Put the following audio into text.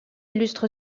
illustre